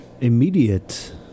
immediate